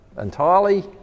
entirely